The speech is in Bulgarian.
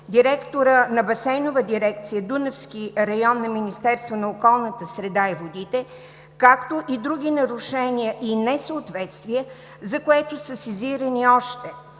директора на Басейнова дирекция, Дунавски район, на Министерство на околната среда и водите, както и други нарушения и несъответствия, за които са сезирани още: